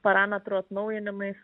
parametrų atnaujinimais